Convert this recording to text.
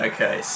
Okay